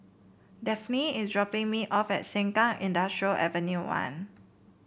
Daphne is dropping me off at Sengkang Industrial Avenue One